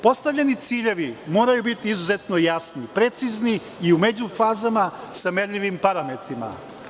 Postavljeni ciljevi moraju biti izuzetno jasni, precizni i u međufazama sa merljivim parametrima.